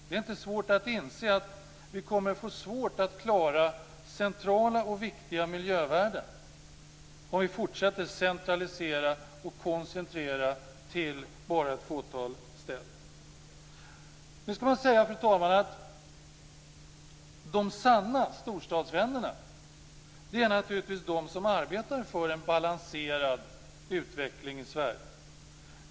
Det är inte svårt att inse att vi kommer att få det besvärligt att klara av centrala och viktiga miljövärden om vi fortsätter att centralisera och koncentrera till bara ett fåtal städer. Fru talman! De sanna storstadsvännerna är naturligtvis de som arbetar för en balanserad utveckling i Sverige.